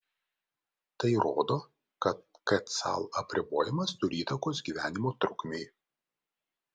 tai rodo kad kcal apribojimas turi įtakos gyvenimo trukmei